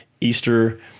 Easter